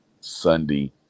Sunday